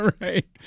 right